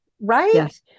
right